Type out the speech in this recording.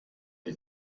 die